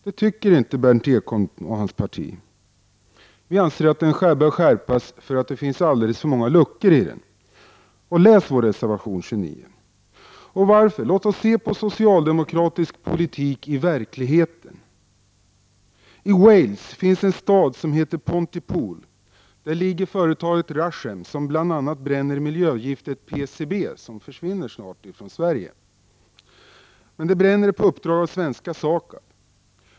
Det tycker inte Berndt Ekholm och hans parti. Vi anser att konventionen bör skärpas, eftersom det finns alldeles för många luckor i den. Läs vår reservation nr 29. Varför, låt oss se på socialdemokratisk politik i verkligheten. I Wales finns det en stad som heter Pontypool. Där ligger företaget Rechem, som bl.a. bränner miljögiftet PCB, som snart försvinner här i Sverige. Företaget bränner på uppdrag av svenska SAKAB.